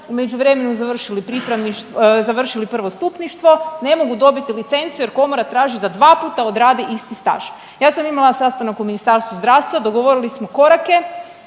pripravniš…, završili prvostupništvo, ne mogu dobiti licencu jer komora traži da dvaputa odrade isti staž. Ja sam imala sastanak u Ministarstvu zdravstva, dogovorili smo korake,